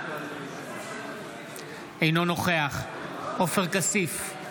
אינו נוכח עופר כסיף,